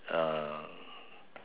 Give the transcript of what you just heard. uh